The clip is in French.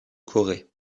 corée